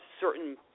certain